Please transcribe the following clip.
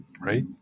Right